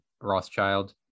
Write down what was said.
Rothschild